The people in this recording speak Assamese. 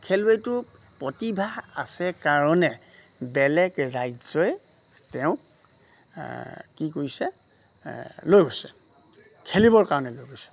খেলুৱৈটোৰ প্ৰতিভা আছে কাৰণে বেলেগ ৰাজ্যই তেওঁক কি কৰিছে লৈ গৈছে খেলিবৰ কাৰণে লৈ গৈছে